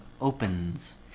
opens